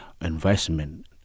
investment